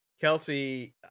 Kelsey